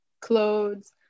clothes